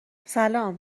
سلام